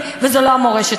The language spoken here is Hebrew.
לבוא ולומר: